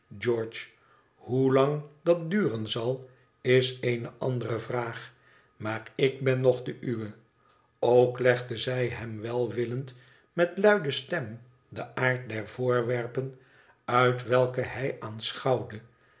george hoelang dat duren zal is eene andere vraag maar ik ben nog de uwe ook legde zij hem welwillend met luide stem den aard der voorwerpen uit welke hij